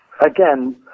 again